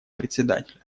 председателя